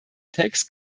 text